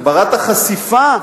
הגברת החשיפה,